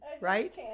right